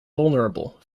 vulnerable